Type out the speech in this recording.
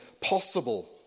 possible